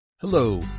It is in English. Hello